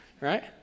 right